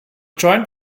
joint